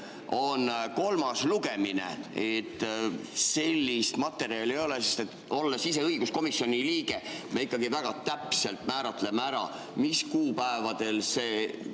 on kolmas lugemine, siis sellist materjali ei ole. Olen ise õiguskomisjoni liige ja me ikkagi väga täpselt määratleme ära, mis kuupäevadel see